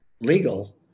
legal